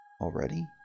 Already